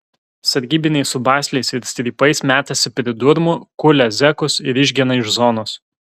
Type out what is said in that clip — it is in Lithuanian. sargybiniai su basliais ir strypais metasi pridurmu kulia zekus ir išgena iš zonos